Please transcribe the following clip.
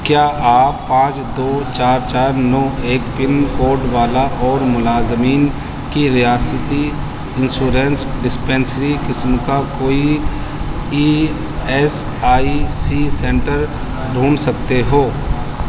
کیا آپ پانچ دو چار چار نو ایک پن کوڈ والا اور ملازمین کی ریاستی انشورنس ڈسپنسری قسم کا کوئی E S I C centre ڈھونڈ سکتے ہو